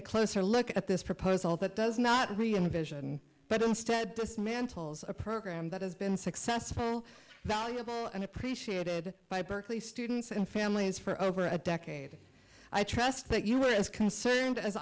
a closer look at this proposal that does not ruin vision but instead dismantles a program that has been successful valuable and appreciated by berkeley students and families for over a decade i trust that you are as concerned as